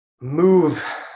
move